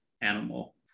animal